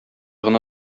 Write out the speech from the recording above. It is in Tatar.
гына